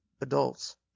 adults